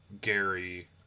Gary